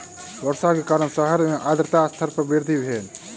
वर्षा के कारण शहर मे आर्द्रता स्तर मे वृद्धि भेल